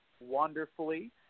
wonderfully